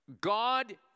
God